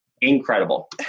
incredible